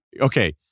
Okay